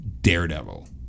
Daredevil